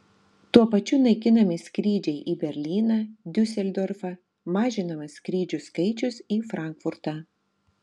tuo pačiu naikinami skrydžiai į berlyną diuseldorfą mažinamas skrydžių skaičius į frankfurtą